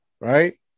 right